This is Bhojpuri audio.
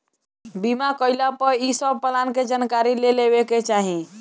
बीमा कईला पअ इ सब प्लान के जानकारी ले लेवे के चाही